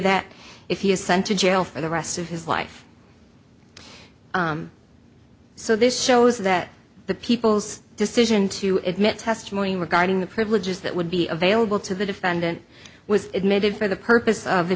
that if he is sent to jail for the rest of his life so this shows that the people's decision to admit testimony regarding the privileges that would be available to the defendant was admitted for the purpose of the